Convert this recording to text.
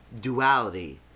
duality